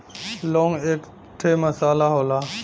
लौंग एक ठे मसाला होला